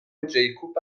جیکوب